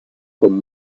con